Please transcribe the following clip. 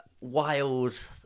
wild